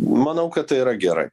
manau kad tai yra gerai